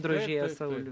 drožėją saulių